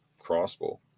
Crossbow